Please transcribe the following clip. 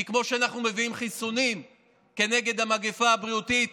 כי כמו שאנחנו מביאים חיסונים כנגד המגפה הבריאותית